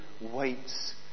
waits